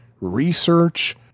research